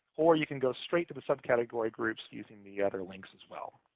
or you can go straight to the subcategory groups using the other links as well.